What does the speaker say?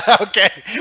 Okay